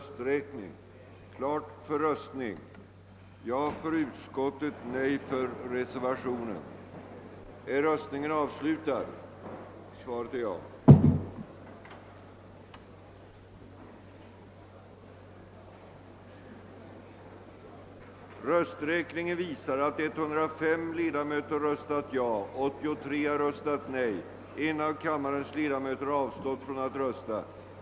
10.00 för bordläggning av ett av utskottet avgivet memorial med förslag till sammanjämkning, dels kl. 14.00 för beslut med anledning av detta memorial.